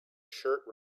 shirt